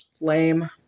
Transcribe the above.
Lame